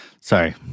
Sorry